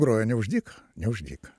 grojo ne už dyką ne už dyką